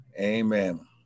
Amen